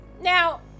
Now